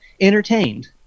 entertained